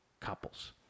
Couples